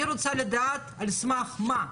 אני רוצה לדעת על סמך מה,